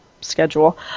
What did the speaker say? schedule